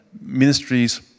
ministries